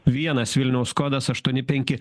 vienas vilniaus kodas aštuoni penki